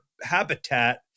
habitat